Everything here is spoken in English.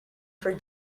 for